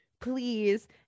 Please